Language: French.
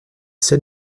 seul